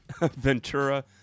Ventura